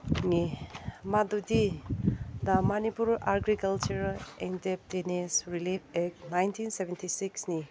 ꯉꯤ ꯃꯗꯨꯗꯤ the Manipur agricultural indebtedness relief act nineteen seventy ꯁꯤꯛꯁꯅꯤ